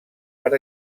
per